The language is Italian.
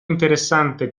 interessante